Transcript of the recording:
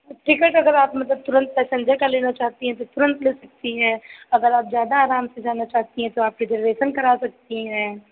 ticket अगर आप तुरन्त मतलब पैसेन्जर का लेना चाहती हैं तो तुरन्त ले सकती हैं अगर आप ज़्यादा आराम से जाना चाहती हैं तो आप रिजर्वेशन करा सकती हैं